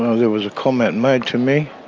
there was a comment made to me.